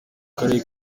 karere